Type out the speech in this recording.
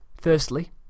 Firstly